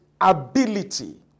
ability